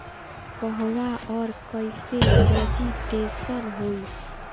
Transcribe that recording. कहवा और कईसे रजिटेशन होई?